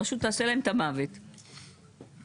הרשות תעשה להם את המוות, בתנאים.